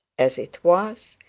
as it was,